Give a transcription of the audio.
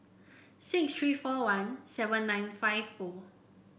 six three four one seven nine five O